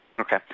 Okay